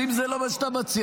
אז אם זה לא מה שאתה מציע,